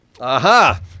Aha